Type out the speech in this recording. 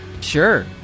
sure